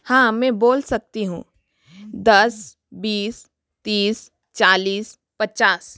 हाँ मैं बोल सकती हूँ दस बीस तीस चालीस पचास